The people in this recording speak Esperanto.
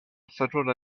saĝulo